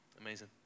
Amazing